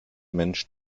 mensch